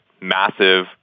massive